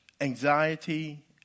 anxiety